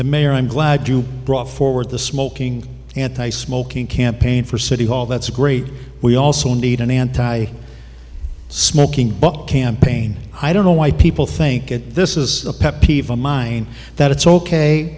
the mayor i'm glad you brought forward the smoking anti smoking campaign for city hall that's a great we also need an anti smoking book campaign i don't know why people think it this is a pet peeve of mine that it's ok